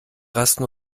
rasten